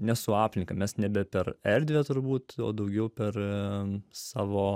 nesu aplinka mes nebe per erdvę turbūt daugiau per savo